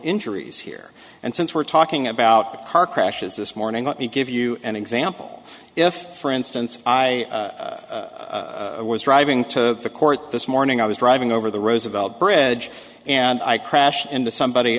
injuries here and since we're talking about the car crashes this morning let me give you an example if for instance i was driving to the court this morning i was driving over the roosevelt bridge and i crashed into somebody